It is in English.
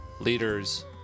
leaders